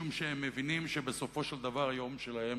משום שהם מבינים שבסופו של דבר היום שלהם